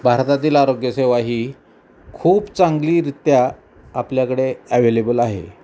भारतातील आरोग्यसेवा ही खूप चांगलीरित्या आपल्याकडे ॲवेलेबल आहे